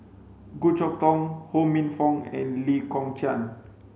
Goh Chok Tong Ho Minfong and Lee Kong Chian